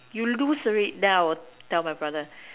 you lose already then I will tell my brother